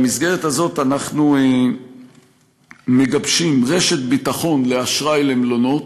במסגרת הזאת אנחנו מגבשים רשת ביטחון לאשראי למלונות,